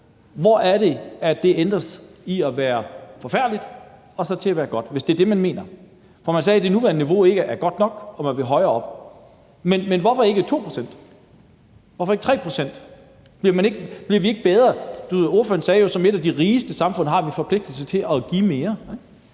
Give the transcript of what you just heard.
lander på – at det ændres fra at være forfærdeligt til at være godt, hvis det er det, man mener? For man sagde, at det nuværende niveau ikke er godt nok, og at man ville højere op. Men hvorfor ikke 2 pct.? Hvorfor ikke 3 pct.? Som ordføreren sagde, har vi som et af de rigeste samfund en forpligtelse til at give mere.